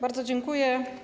Bardzo dziękuję.